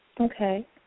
Okay